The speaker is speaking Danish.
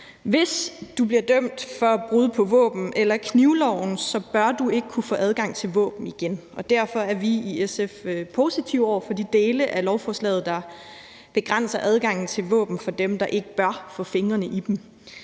Hvis du bliver dømt for brud på våben- eller knivloven, bør du ikke kunne få adgang til våben igen, og derfor er vi i SF positive over for de dele af lovforslaget, der begrænser adgangen til våben for dem, der ikke bør få fingrene i dem,